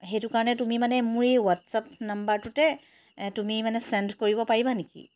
সেইটো কাৰণে তুমি মানে মোৰ এই হোৱাটছএপ নম্বৰটোতে তুমি মানে ছেণ্ড কৰিব পাৰিবা নেকি